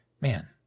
Man